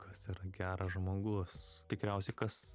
kas yra geras žmogus tikriausiai kas